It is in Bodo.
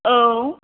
औ